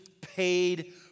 paid